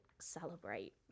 celebrate